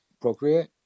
procreate